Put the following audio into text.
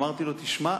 ואמרתי לו: תשמע,